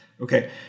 okay